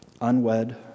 Unwed